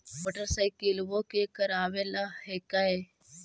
मोटरसाइकिलवो के करावे ल हेकै?